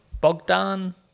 Bogdan